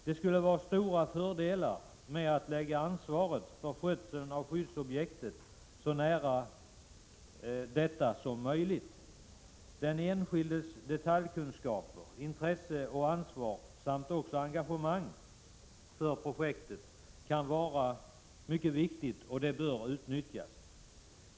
Det skulle vara stora fördelar med att lägga ansvaret för skötseln av skyddsobjektet så nära detta som möjligt. Den enskildes detaljkunskaper, intresse och ansvar samt engagemang för projektet kan vara mycket omfattande och bör utnyttjas.